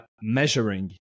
measuring